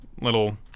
little